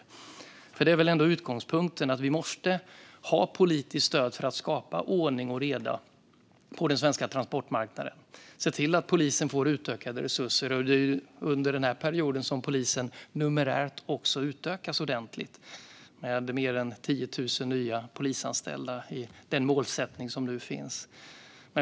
Utgångspunkten är väl ändå att vi måste ha politiskt stöd för att skapa ordning och reda på den svenska transportmarknaden och se till att polisen får utökade resurser. Under den här perioden har polisen också numerärt utökats ordentligt. Mer än 10 000 nya polisanställda är den målsättning som nu finns.